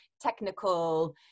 technical